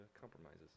compromises